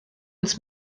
uns